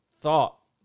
thought